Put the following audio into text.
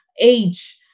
Age